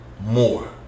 more